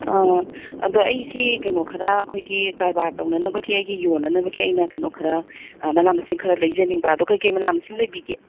ꯑꯗꯣ ꯑꯩꯁꯤ ꯀꯩꯅꯣ ꯈꯔ ꯑꯩꯈꯣꯏꯒꯤ ꯀꯔꯕꯥꯔ ꯇꯧꯅꯅꯕꯒꯤ ꯑꯩꯒꯤ ꯌꯣꯟꯅꯅꯕꯒꯤ ꯑꯩꯅ ꯀꯩꯅꯣ ꯈꯔ ꯃꯅꯥ ꯃꯁꯤꯡ ꯈꯔ ꯂꯩꯖꯅꯤꯡꯕ ꯑꯗꯣ ꯀꯩ ꯀꯩ ꯃꯅꯥ ꯃꯁꯤꯡ ꯂꯩꯕꯤꯒꯦ